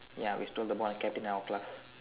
ya we stole the football and kept it in our class